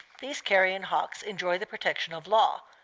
these carrion-hawks enjoy the protection of law,